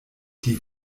die